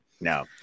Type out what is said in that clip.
No